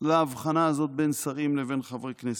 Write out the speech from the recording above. להבחנה הזאת בין שרים לבין חברי כנסת,